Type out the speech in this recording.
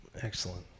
Excellent